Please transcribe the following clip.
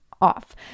off